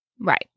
Right